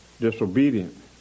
disobedient